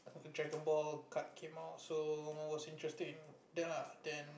dragon ball card came out so I was interested in that lah then